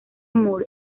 moore